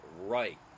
right